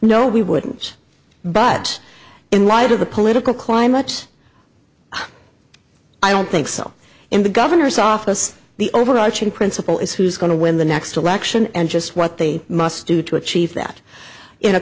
no we wouldn't but in light of the political climate i don't think so in the governor's office the overarching principle is who's going to win the next election and just what they must do to achieve that in a